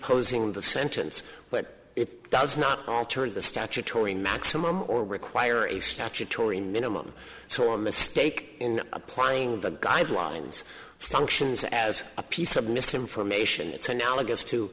imposing the sentence but it does not alter the statutory maximum or require a statutory minimum so a mistake in applying the guidelines functions as a piece of misinformation it's analogous to